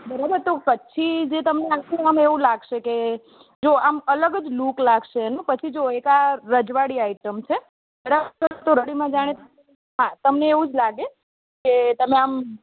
બરાબર તો કચ્છી જે તમને આખું આમ એવું લાગશે કે જો આમ અલગ જ લૂક લાગશે એનો પછી જો એક આ રજવાડી આઇટમ છે રજવાડીમાં હા તમને એવું જ લાગે કે તમે આમ